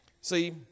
See